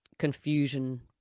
confusion